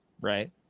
right